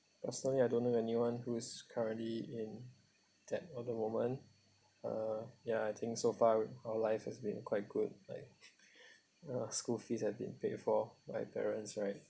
personally I don't know anyone who's currently in debt at the moment uh ya I think so far with our life has been quite good like uh school fees have been paid for by parents right